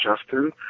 Justin